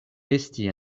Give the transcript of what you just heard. esti